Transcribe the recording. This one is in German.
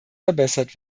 verbessert